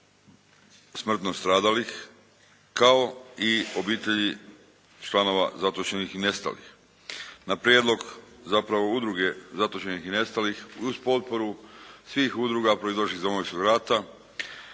smrtno stradalih kao i obitelji članova zatočenih i nestalih. Na prijedlog zapravo udruge zatočenih i nestalih uz potporu svih udruga proizašlih iz Domovinskog rata,